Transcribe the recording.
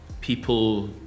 people